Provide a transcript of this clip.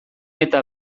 eta